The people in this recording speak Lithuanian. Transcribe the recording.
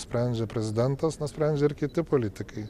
sprendžia prezidentas nusprendžia ar kiti politikai